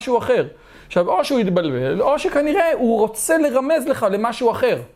משהו אחר. עכשיו או שהוא התבלבל או שכנראה הוא רוצה לרמז לך למשהו אחר